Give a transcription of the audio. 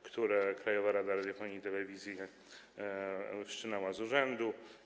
które Krajowa Rada Radiofonii i Telewizji wszczynała z urzędu.